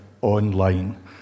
online